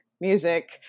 music